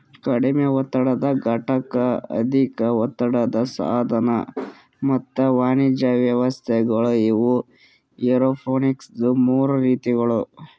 ಕಡಿಮೆ ಒತ್ತಡದ ಘಟಕ, ಅಧಿಕ ಒತ್ತಡದ ಸಾಧನ ಮತ್ತ ವಾಣಿಜ್ಯ ವ್ಯವಸ್ಥೆಗೊಳ್ ಇವು ಏರೋಪೋನಿಕ್ಸದು ಮೂರು ರೀತಿಗೊಳ್